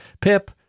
Pip